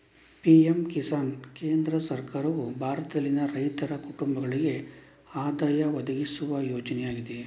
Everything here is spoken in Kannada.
ಪಿ.ಎಂ ಕಿಸಾನ್ ಕೇಂದ್ರ ಸರ್ಕಾರವು ಭಾರತದಲ್ಲಿನ ರೈತರ ಕುಟುಂಬಗಳಿಗೆ ಆದಾಯ ಒದಗಿಸುವ ಯೋಜನೆಯಾಗಿದೆ